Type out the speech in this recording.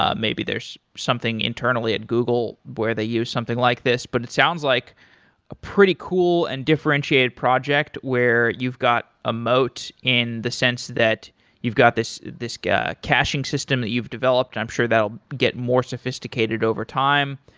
ah maybe there's something internally at google where they use something like this, but it sounds like a pretty cool and differentiated project where you've got a mote in the sense that you've got this this caching system that you've developed, and i'm sure that will get more sophisticated overtime.